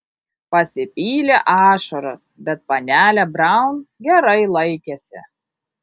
pasipylė ašaros bet panelė braun gerai laikėsi